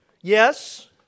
Yes